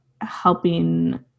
helping